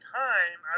time